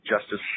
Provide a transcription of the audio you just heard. Justice